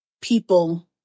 people